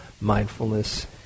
Mindfulness